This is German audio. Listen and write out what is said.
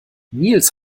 nils